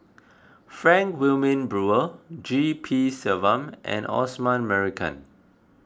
Frank Wilmin Brewer G P Selvam and Osman Merican